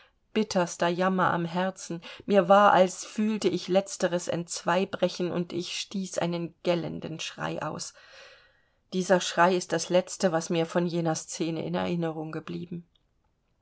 bitterster jammer am herzen mir war als fühlte ich letzteres entzwei brechen und ich stieß einen gellenden schrei aus dieser schrei ist das letzte was mir von jener scene in erinnerung geblieben